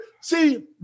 see